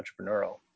entrepreneurial